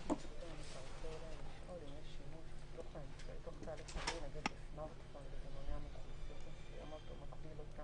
צריך לזכור שמה שאמר זאב הוא מדבר על 20 שנה